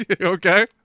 Okay